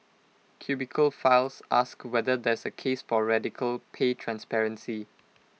cubicle files asks whether there's A case for radical pay transparency